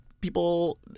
people